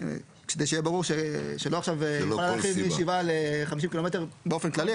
כדי שיהיה ברור שלא עכשיו יוכל להרחיב מ-7 ק"מ ל-50 ק"מ באופן כללי,